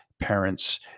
parents